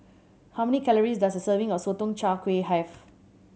how many calories does a serving of Sotong Char Kway have